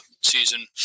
season